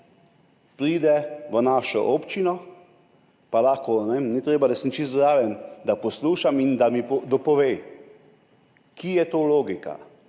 pride v našo občino, pa ne vem, ni treba, da sem čisto zraven, da poslušam in da mi dopove, kje je tu logika.